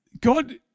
God